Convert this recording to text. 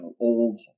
old